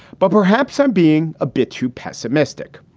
but perhaps i'm being a bit too pessimistic.